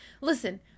Listen